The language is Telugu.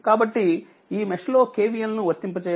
కాబట్టి ఈ మెష్లో KVL ను వర్తింప చేయండి